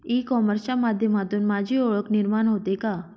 E कॉमर्सच्या माध्यमातून माझी ओळख निर्माण होते का?